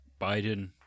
Biden